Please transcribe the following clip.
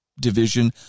division